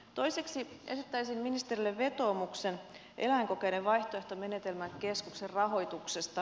toiseksi esittäisin ministerille vetoomuksen eläinkokeiden vaihtoehtomenetelmäkeskuksen rahoituksesta